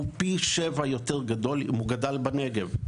גדול יותר פי שבעה אם הוא גדל בנגב.